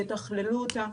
יתכללו אותה,